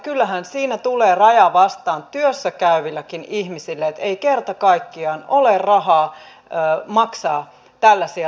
kyllähän siinä tulee raja vastaan työssä käyvillä ihmisilläkin että ei kerta kaikkiaan ole rahaa maksaa tällaisia summia